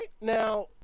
Now